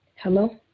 Hello